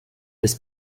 this